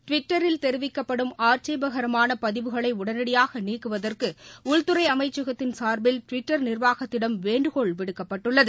டுவிட்டரில் தெரிவிக்கப்படும் ஆட்சேபகரமான பதிவுகளை உடனடியாக நீக்குவதற்கு உள்துறை அமைச்சகத்தின் சாா்பில் டுவிட்டர் நிா்வாகத்திடம் வேண்டுகோள் விடுக்கப்பட்டுள்ளது